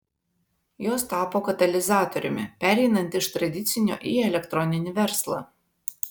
jos tapo katalizatoriumi pereinant iš tradicinio į elektroninį verslą